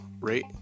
rate